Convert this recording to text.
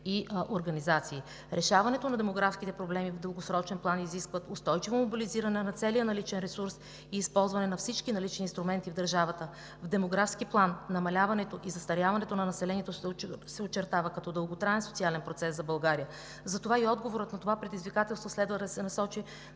и организации. Решаването на демографските проблеми в дългосрочен план изисква устойчиво мобилизиране на целия наличен ресурс и използване на всички налични инструменти в държавата. В демографски план намаляването и застаряването на населението се очертава като дълготраен социален процес за България. Затова и отговорът на това предизвикателство следва да се насочи